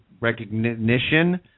recognition